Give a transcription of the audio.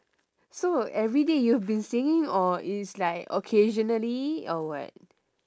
so everyday you have been singing or it's like occasionally or what